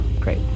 Great